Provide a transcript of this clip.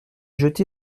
jeté